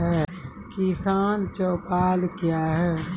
किसान चौपाल क्या हैं?